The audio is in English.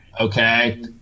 okay